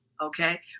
Okay